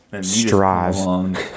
straws